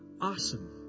Awesome